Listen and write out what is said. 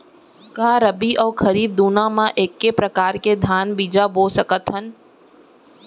का रबि अऊ खरीफ दूनो मा एक्के प्रकार के धान बीजा बो सकत हन?